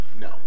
no